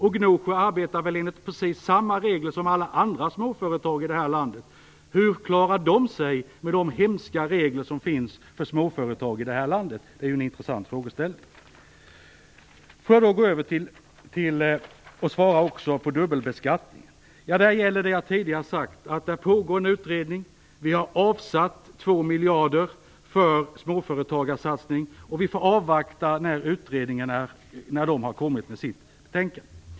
Och i Gnosjö arbetar man väl enligt precis samma regler som alla andra småföretag i det här landet? Hur klarar de sig med de hemska regler som finns för småföretag i det här landet? Det är en intressant frågeställning. Låt mig sedan gå över och svara på frågan om dubbelbeskattningen. Där gäller det jag tidigare har sagt. Det pågår en utredning. Vi har avsatt 2 miljarder till småföretagarsatsningar. Vi får avvakta tills utredningen har kommit med sitt betänkande.